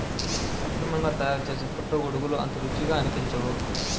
కృత్రిమంగా తయారుచేసే పుట్టగొడుగులు అంత రుచిగా అనిపించవు